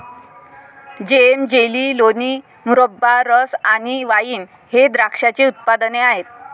जेम, jelly, लोणी, मुरब्बा, रस आणि वाइन हे द्राक्षाचे उत्पादने आहेत